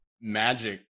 magic